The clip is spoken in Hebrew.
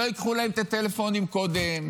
לא ייקחו להם את הטלפונים קודם,